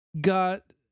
got